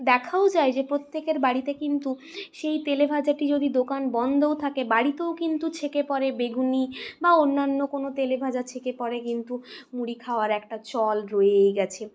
দেখাও যায় যে প্রত্যেকের বাড়িতে কিন্তু সেই তেলেভাজাটি যদি দোকান বন্ধও থাকে বাড়িতেও কিন্তু ছেঁকে পড়ে বেগুনী বা অন্যান্য কোনো তেলেভাজা ছেঁকে পড়ে কিন্তু মুড়ি খাওয়ার একটা চল রয়েই গেছে